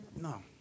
No